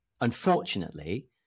unfortunately